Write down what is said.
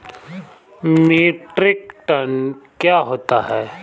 Metric tonne क्या होता है?